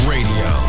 Radio